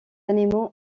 animaux